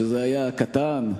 שזה הקטן,